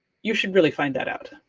you should really find that out.